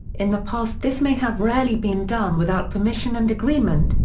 in the past this may have rarely been done without permission and agreement,